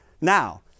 Now